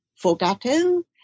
forgotten